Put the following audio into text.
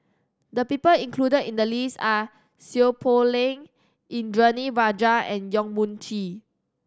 the people included in the list are Seow Poh Leng Indranee Rajah and Yong Mun Chee